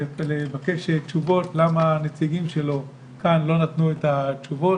לבקש תשובות למה הנציגים שלו כאן לא נתנו את התשובות.